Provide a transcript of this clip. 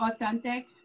authentic